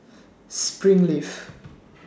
Springleaf